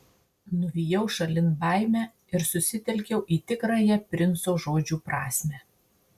nuvijau šalin baimę ir susitelkiau į tikrąją princo žodžių prasmę